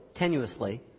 tenuously